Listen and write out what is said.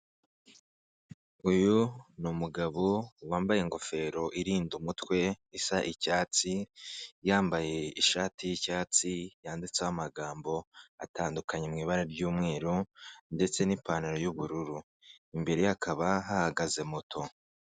Uyu ni umugabo wambaye ingofero irinda umutwe isa icyatsi, yambaye ishati y'icyatsi yanditseho amagambo atandukanye mu ibara ry'umweru, ndetse n'ipantaro y'ubururu, imbere ye hakaba hahagaze moto.